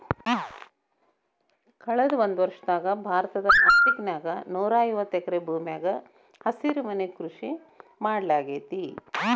ಕಳದ ಒಂದ್ವರ್ಷದಾಗ ಭಾರತದ ನಾಸಿಕ್ ನ್ಯಾಗ ನೂರಾಐವತ್ತ ಎಕರೆ ಭೂಮ್ಯಾಗ ಹಸಿರುಮನಿ ಕೃಷಿ ಮಾಡ್ಲಾಗೇತಿ